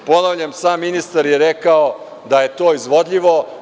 Ponavljam, sam ministar je rekao da je to izvodljivo.